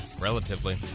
relatively